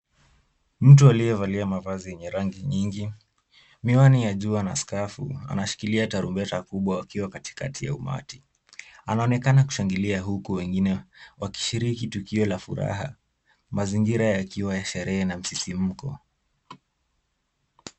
Mtu aliyevalia mavazi yenye rangi nyingi, miwani ya jua na skafu. Anashikilia tarumbeta kubwa akiwa katikati ya umati. Anaonekana kushangilia wakishiriki tukio la furaha. Mazingira yakiwa ya sherehe na msisimuko.